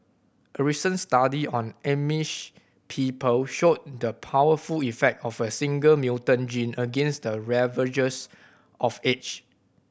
a recent study on Amish people showed the powerful effect of a single mutant gene against the ravages of age